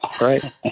right